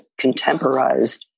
contemporized